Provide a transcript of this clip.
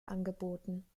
angeboten